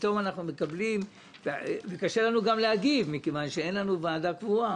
פתאום קיבלנו אותו וקשה לנו גם להגיב מכיוון שאין ועדה קבועה.